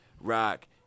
Rock